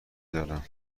دارم